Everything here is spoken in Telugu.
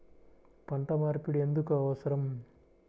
పంట మార్పిడి ఎందుకు అవసరం?